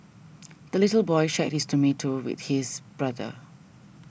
the little boy shared his tomato with his brother